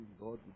God